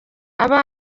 aba